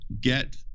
get